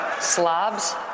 slobs